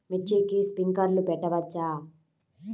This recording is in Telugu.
మిర్చికి స్ప్రింక్లర్లు పెట్టవచ్చా?